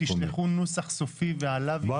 אתם תשלחו נוסח סופי ועליו ---?